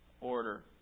order